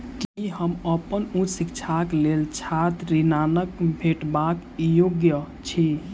की हम अप्पन उच्च शिक्षाक लेल छात्र ऋणक भेटबाक योग्य छी?